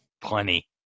plenty